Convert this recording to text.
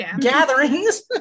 Gatherings